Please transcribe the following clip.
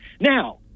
now